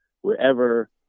wherever